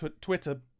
twitter